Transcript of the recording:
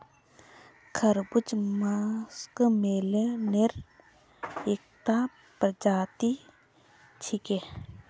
खरबूजा मस्कमेलनेर एकता प्रजाति छिके